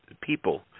people